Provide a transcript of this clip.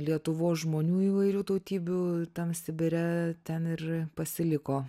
lietuvos žmonių įvairių tautybių tam sibire ten ir pasiliko